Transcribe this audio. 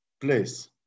place